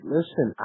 Listen